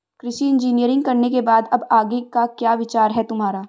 कृषि इंजीनियरिंग करने के बाद अब आगे का क्या विचार है तुम्हारा?